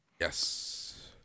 yes